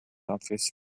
office